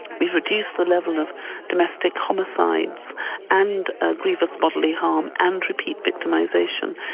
we've reduced the level of domestic homicides and ah grievous bodily harm, and repeat victimisation.